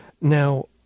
Now